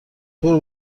برو